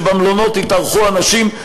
שבמלונות יתארחו אנשים.